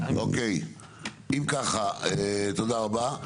אם כך, תודה רבה.